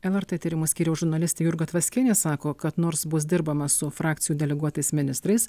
lrt tyrimų skyriaus žurnalistė jurga tvaskienė sako kad nors bus dirbama su frakcijų deleguotais ministrais